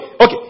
okay